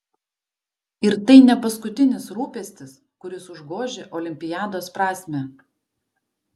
ir tai ne paskutinis rūpestis kuris užgožia olimpiados prasmę